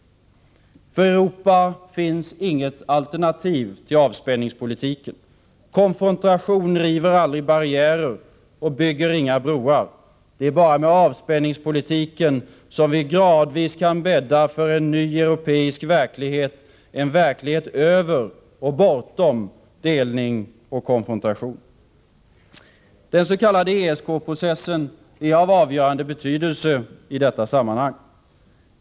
För Europa finns inget alternativ till avspänningspolitiken. Konfrontation river aldrig barriärer och bygger inga broar. Det är bara med avspänningspolitiken som vi gradvis kan bädda för en ny europeisk verklighet, en verklighet över och bortom delning och konfrontation. Den s.k. ESK-processen är av avgörande betydelse i detta sammanhang.